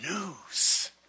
news